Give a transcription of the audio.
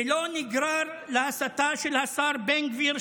ולא נגרר להסתה של השר בן גביר,